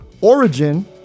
Origin